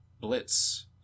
blitz